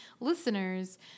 listeners